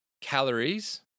calories